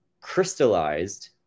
crystallized